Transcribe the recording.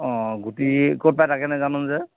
গুটি ক'ত পাই তাকে নেযানো যে